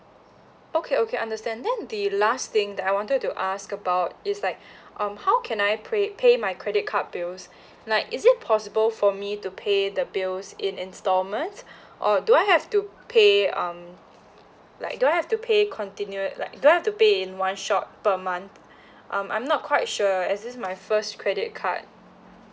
okay okay understand then the last thing that I wanted to ask about it's like um how can I pray pay my credit card bills like is it possible for me to pay the bills in instalments or do I have to pay um like do I have to pay continuo~ like do I have to pay in one shot per month um I'm not quite sure as this is my first credit card